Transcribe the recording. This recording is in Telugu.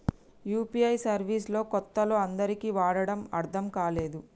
యూ.పీ.ఐ సర్వీస్ లు కొత్తలో అందరికీ వాడటం అర్థం కాలేదు